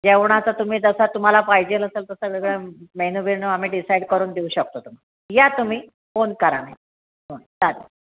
जेवणाचं तुम्ही जसं तुम्हाला पाहिजेल असेल तसं वेगळं मेनू बेनू आम्ही डिसाईड करून देऊ शकतो तुम्हाला या तुम्ही फोन करा ना चालेल